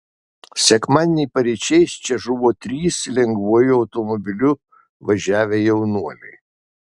sekmadienį paryčiais čia žuvo trys lengvuoju automobiliu važiavę jaunuoliai